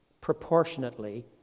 proportionately